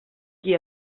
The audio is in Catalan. qui